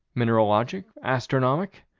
mineralogic, astronomic,